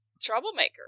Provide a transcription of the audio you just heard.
troublemaker